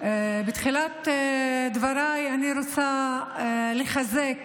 בתחילת דבריי אני רוצה לחזק